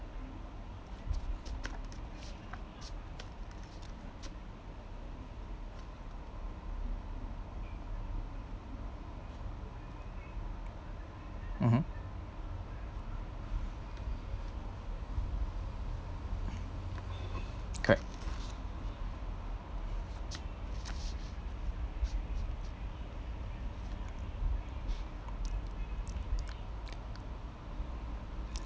(uh huh) correct